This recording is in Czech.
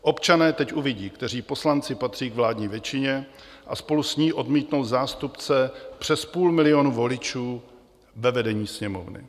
Občané teď uvidí, kteří poslanci patří k vládní většině a spolu s ní odmítnou zástupce přes půl milionu voličů ve vedení Sněmovny.